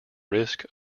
risk